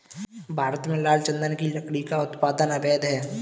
भारत में लाल चंदन की लकड़ी का उत्पादन अवैध है